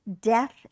Death